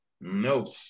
No